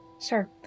Sure